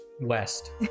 West